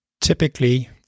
Typically